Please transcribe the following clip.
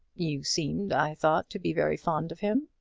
you seemed, i thought, to be very fond of him.